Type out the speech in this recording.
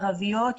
ערביות,